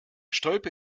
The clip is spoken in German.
stolpe